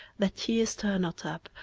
that ye stir not up,